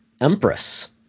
empress